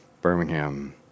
Birmingham